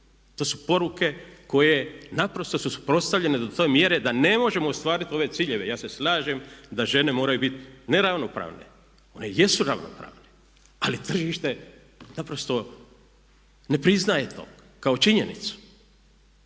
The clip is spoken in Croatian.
To su poruke koje naprosto su suprostavljene do te mjere da ne možemo ostvariti nove ciljeve. Ja se slažem da žene moraju biti ne ravnopravne, one jesu ravnopravne, ali tržište naprosto ne priznaje to kao činjenicu.